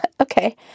Okay